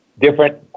different